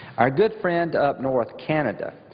our good friend up north, canada,